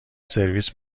سرویس